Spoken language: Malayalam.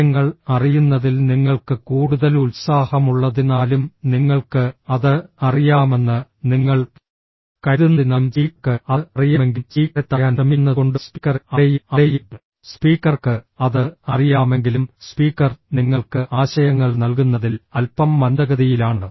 കാര്യങ്ങൾ അറിയുന്നതിൽ നിങ്ങൾക്ക് കൂടുതൽ ഉത്സാഹമുള്ളതിനാലും നിങ്ങൾക്ക് അത് അറിയാമെന്ന് നിങ്ങൾ കരുതുന്നതിനാലും സ്പീക്കർക്ക് അത് അറിയാമെങ്കിലും സ്പീക്കറെ തടയാൻ ശ്രമിക്കുന്നതുകൊണ്ടും സ്പീക്കറെ അവിടെയും അവിടെയും സ്പീക്കർക്ക് അത് അറിയാമെങ്കിലും സ്പീക്കർ നിങ്ങൾക്ക് ആശയങ്ങൾ നൽകുന്നതിൽ അൽപ്പം മന്ദഗതിയിലാണ്